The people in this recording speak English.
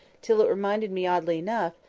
till it reminded me oddly enough,